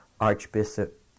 Archbishop